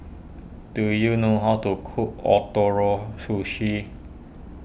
do you know how to cook Ootoro Sushi